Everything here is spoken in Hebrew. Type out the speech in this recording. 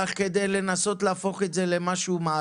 אני רוצה לקחת את הדוגמה שלך כדי לנסות להפוך את זה למשהו מעשי.